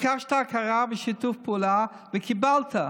ביקשת הכרה ושיתוף פעולה, וקיבלת.